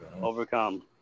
Overcome